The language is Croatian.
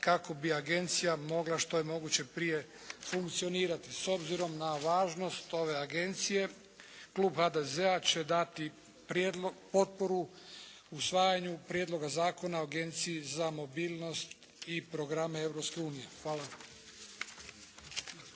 kako bi agencija mogla što je moguće prije funkcionirati. S obzirom na važnost ove agencije klub HDZ-a će dati potporu usvajanju Prijedloga zakona o Agenciji za mobilnost i programe Europske